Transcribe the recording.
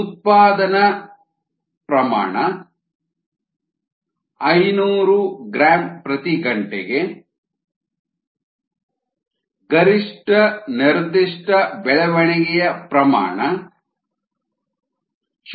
ಉತ್ಪಾದನಾ ಪ್ರಮಾಣ 500 g h ಗರಿಷ್ಠ ನಿರ್ದಿಷ್ಟ ಬೆಳವಣಿಗೆಯ ಪ್ರಮಾಣ 0